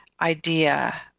idea